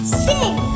sing